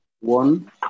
one